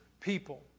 people